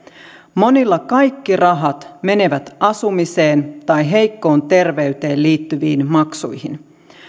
monilla kaikki rahat menevät asumiseen tai heikkoon terveyteen liittyviin maksuihin